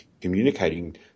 communicating